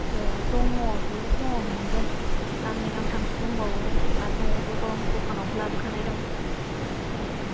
ए दङ बेयो दङ मोनगोन गांनै गांथामसो दंबावो आरो न'आवबो दं दखानावबो लाबोखानाय दं औ